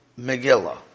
Megillah